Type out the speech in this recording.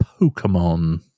Pokemon